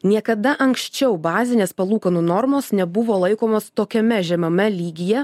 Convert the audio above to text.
niekada anksčiau bazinės palūkanų normos nebuvo laikomos tokiame žemame lygyje